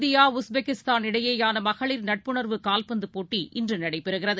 India Uzbekistan இடையேயானமகளிர் நட்புணர்வு கால்பந்துபோட்டி இன்றுநடைபெறுகிறது